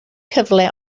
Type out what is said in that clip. cyfle